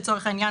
לדוגמה,